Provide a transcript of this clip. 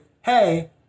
hey